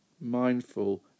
mindful